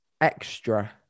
Extra